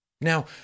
Now